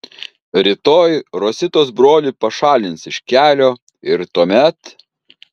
rytoj rositos brolį pašalins iš kelio ir tuomet